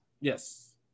Yes